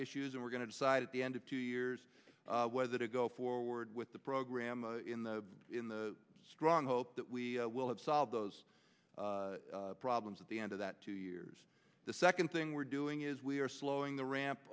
issues and we're going to decide at the end of two years whether to go forward with the program in the in the strong hope that we will have solve those problems at the end of that two years the second thing we're doing is we are slowing the ramp